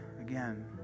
again